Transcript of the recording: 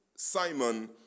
Simon